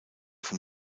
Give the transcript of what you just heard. vom